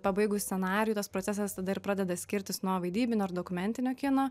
pabaigus scenarijų tas procesas tada ir pradeda skirtis nuo vaidybinio ar dokumentinio kino